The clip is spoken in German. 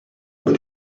über